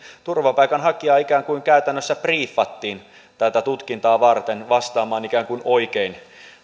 turvapaikanhakijaa ikään kuin käytännössä briiffattiin tätä tutkintaa varten vastaamaan ikään kuin oikein